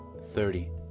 Thirty